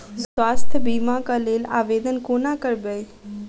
स्वास्थ्य बीमा कऽ लेल आवेदन कोना करबै?